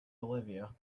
olivia